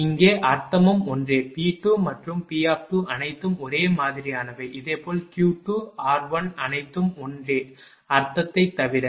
இங்கே அர்த்தமும் ஒன்றே P2 மற்றும் P அனைத்தும் ஒரே மாதிரியானவை அதே போல் Q2 r1 அனைத்தும் ஒன்றே அர்த்தத்தைத் தவிர